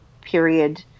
period